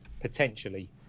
potentially